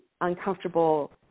uncomfortable